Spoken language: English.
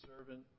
servant